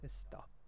stop